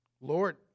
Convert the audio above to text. Lord